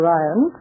Ryan